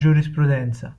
giurisprudenza